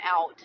out